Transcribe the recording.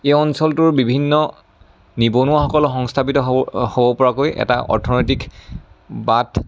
এই অঞ্চলটোৰ বিভিন্ন নিবনুৱাসকল সংস্থাপিত হ'ব হ'ব পৰাকৈ এটা অৰ্থনৈতিক বাট